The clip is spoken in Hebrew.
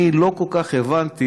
אני לא כל כך הבנתי